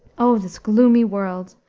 o this gloomy world!